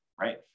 right